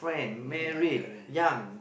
ya current